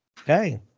Okay